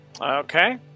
Okay